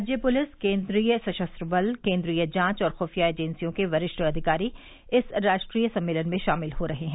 राज्य पुलिस केन्द्रीय सशस्त्र बल केंद्रीय जांच और खुफिया एजेंसियों के वरिष्ठ अधिकारी इस राष्ट्रीय सम्मेलन में शामिल हो रहे हैं